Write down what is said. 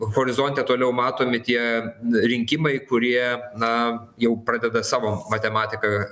horizonte toliau matomi tie rinkimai kurie na jau pradeda savo matematiką